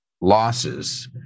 losses